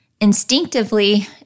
Instinctively